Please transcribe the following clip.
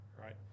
right